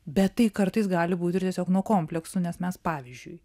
bet tai kartais gali būt ir tiesiog nuo kompleksų nes mes pavyzdžiui